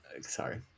sorry